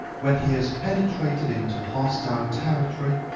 when he has penetrated into hostile territory,